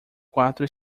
quatro